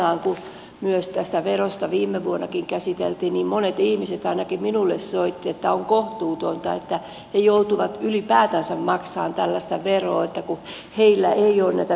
mutta aikanaan kun tätä veroa viime vuonnakin käsiteltiin monet ihmiset ainakin minulle soittivat että on kohtuutonta että he joutuvat ylipäätänsä maksamaan tällaista veroa kun heillä ei ole näitä viestintävälineitä